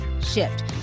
shift